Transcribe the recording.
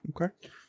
Okay